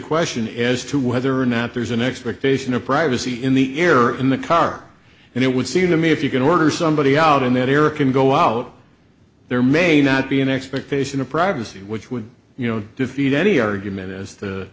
question is to whether or not there's an expectation of privacy in the air or in the car and it would seem to me if you can order somebody out in that era can go out there may not be an expectation of privacy which would you know defeat any argument is